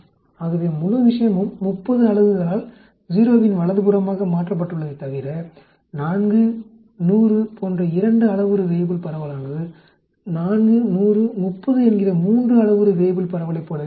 ஆகவே முழு விஷயமும் 30 அலகுகளால் 0 இன் வலதுபுறமாக மாற்றப்பட்டுள்ளதைத் தவிர 4100 போன்ற 2 அளவுரு வேய்புல் பரவலானது 410030 என்கிற மூன்று அளவுரு வேய்புல் பரவலைப் போலவே உள்ளது